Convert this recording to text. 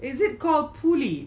is it called pulley